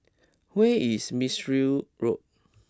where is Mistri Road